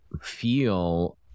feel